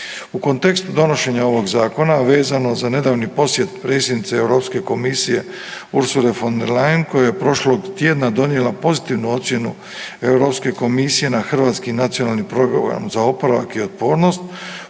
U kontekstu donošenja ovog zakona, a vezano za nedavni posjet predsjednice Europske komisije Ursule von der Leyen koja je prošlog tjedna donijela pozitivnu ocjenu Europske komisije na hrvatski Nacionalni program za oporavak i otpornost,